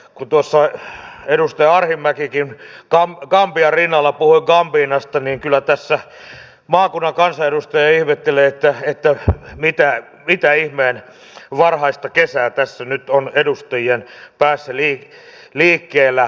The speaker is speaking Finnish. kun tuossa edustaja arhinmäkikin gambian rinnalla puhui gambinasta niin kyllä tässä maakunnan kansanedustaja ihmettelee mitä ihmeen varhaista kesää tässä nyt on edustajien päässä liikkeellä